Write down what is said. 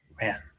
man